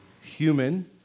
human